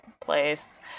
place